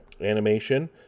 animation